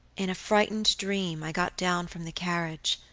in a frightened dream i got down from the carriage,